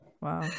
wow